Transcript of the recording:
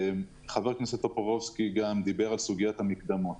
חבר הכנסת טופורובסקי דיבר על סוגיית המקדמות.